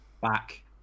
back